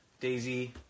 Daisy